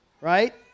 right